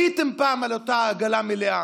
הייתם פעם על אותה עגלה מלאה,